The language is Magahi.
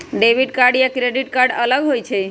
डेबिट कार्ड या क्रेडिट कार्ड अलग होईछ ई?